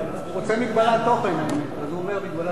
הוא רוצה מגבלת תוכן, אז הוא אומר מגבלת זמן.